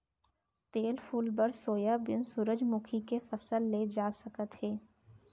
तेल फूल बर सोयाबीन, सूरजमूखी के फसल ले जा सकत हे